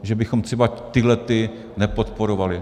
Že bychom třeba tyhlety nepodporovali.